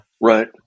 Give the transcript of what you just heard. Right